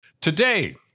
Today